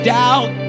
doubt